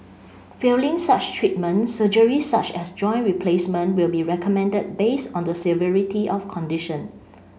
failing such treatment surgery such as joint replacement will be recommended based on the severity of condition